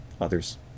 others